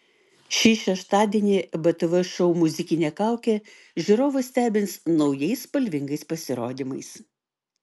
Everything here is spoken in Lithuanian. šį šeštadienį btv šou muzikinė kaukė žiūrovus stebins naujais spalvingais pasirodymais